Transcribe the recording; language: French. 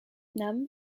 nam